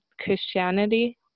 Christianity